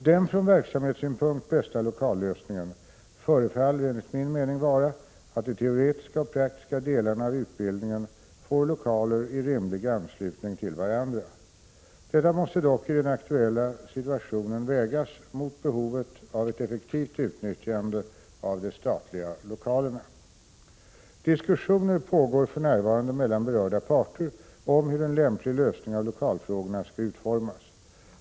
Den från verksamhetssynpunkt bästa lokallösningen förefaller enligt min mening vara att de teoretiska och praktiska delarna av utbildningen får lokaler i rimlig anslutning till varandra. Detta måste dock i den aktuella situationen vägas mot behovet av ett effektivt utnyttjande av de statliga lokalerna. Diskussioner pågår för närvarande mellan berörda parter om hur en lämplig lösning av lokalfrågorna skall utformas.